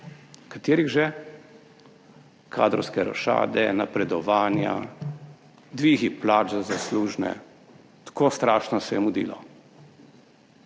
Katerih že? Kadrovske rošade, napredovanja, dvigi plač za zaslužne. Tako strašno se je mudilo